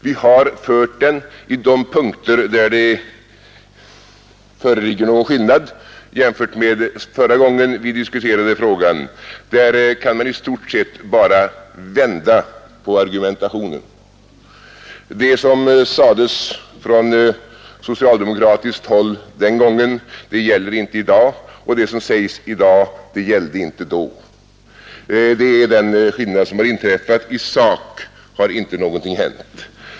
Vi har fört den i de punkter där det föreligger någon skillnad jämfört med förra gången vi diskuterade frågan. Där kan man i stort sett bara vända på argumentationen. Det som sades från socialdemokratiskt håll den gången gäller inte i dag, och det som sägs i dag gällde inte då. Det är den skillnad som föreligger. I sak har ingenting hänt.